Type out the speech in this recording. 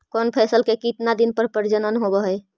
कौन फैसल के कितना दिन मे परजनन होब हय?